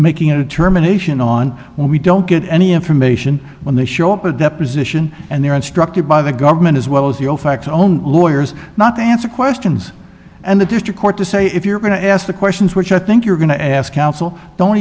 making a determination on when we don't get any information when they show up a deposition and they're instructed by the government as well as the facts own lawyers not to answer questions and the district court to say if you're going to ask the questions which i think you're going to ask counsel don't